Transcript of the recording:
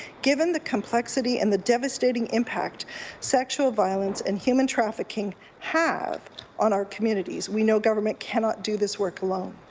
given the complexity and the devastating impact sexual violence and human trafficking have on our communities we know government can not do this work alone.